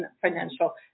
financial